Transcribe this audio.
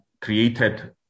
created